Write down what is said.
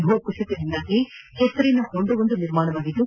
ಭೂಕುಸಿತದಿಂದಾಗಿ ಕೆಸರಿನ ಹೊಂಡವೊಂದು ನಿರ್ಮಾಣವಾಗಿದ್ದು